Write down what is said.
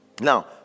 Now